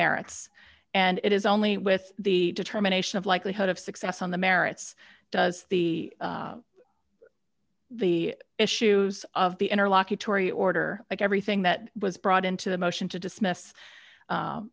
merits and it is only with the determination of likelihood of success on the merits does the the issues of the interlocutory order like everything that was brought into the motion to dismiss